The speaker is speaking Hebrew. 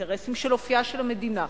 אינטרסים של אופיה של המדינה,